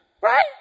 Right